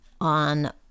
on